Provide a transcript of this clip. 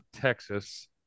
Texas